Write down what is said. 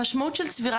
המשמעות של צבירה,